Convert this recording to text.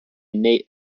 innate